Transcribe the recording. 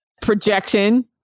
projection